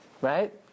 Right